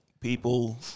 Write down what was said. people